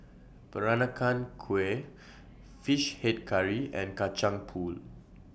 Peranakan Kueh Fish Head Curry and Kacang Pool